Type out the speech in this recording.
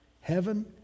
Heaven